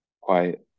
Quiet